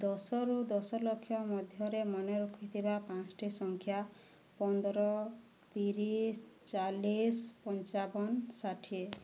ଦଶ ରୁ ଦଶଲକ୍ଷ ମଧ୍ୟରେ ମନେ ରଖିଥିବା ପାଞ୍ଚ୍ଟି ସଂଖ୍ୟା ପନ୍ଦର ତିରିଶ ଚାଲିଶ ପଞ୍ଚାବନ ଷାଠିଏ